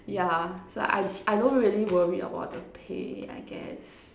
yeah so I I don't really worry about the pay I guess